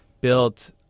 built